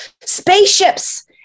Spaceships